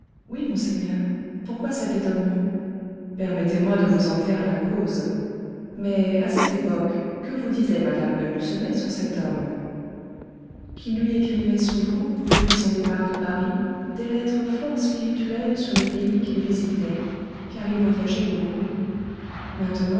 oui monseigneur pourquoi cet étonnement permettez-moi de vous en taire la cause mais à cette époque que vous disait mme de lucenay sur cet homme qu'il lui écrivait souvent depuis son départ de paris des lettres fort spirituelles sur les pays qu'il visitait car il voyageait beaucoup